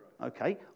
Okay